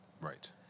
Right